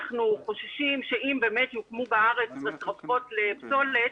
אנחנו חוששים שאם באמת יוקמו בארץ משרפות לפסולת,